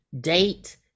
date